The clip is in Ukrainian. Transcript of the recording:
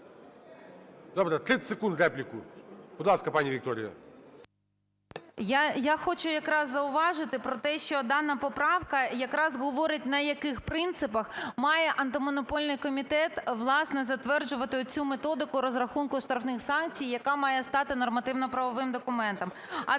Добре. 30 секунд, репліку. Будь ласка, пані Вікторія.